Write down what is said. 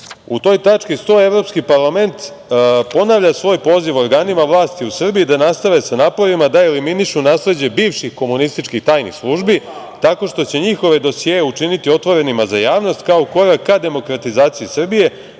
U toj tački 100. Evropski parlament ponavlja svoj poziv organima vlasti u Srbiji da nastave sa naporima da eliminišu nasleđe bivših komunističkih tajnih službi, tako što će njihove dosije učiniti otvorenima za javnost, kao u korak ka demokratizaciji Srbije,